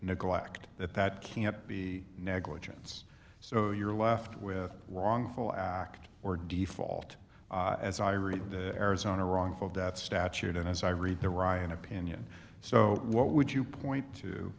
neglect that that can't be negligence so you're left with wrongful act or default as i read the arizona wrongful death statute and as i read the ryan opinion so what would you point to